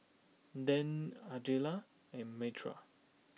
Dan Ardella and Myrta